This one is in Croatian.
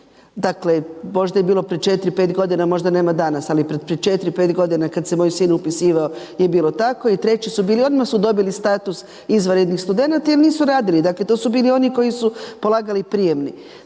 dakle možda je bilo prije 4-5 godina, možda nema danas, ali prije 4-5 godina kad se moj sin upisivao je bilo tako i treći su bili odmah su dobili status izvanrednih studenata jer nisu radili. Dakle, to su bili oni koji su polagali prijemni,